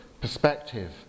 perspective